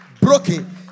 broken